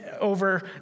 over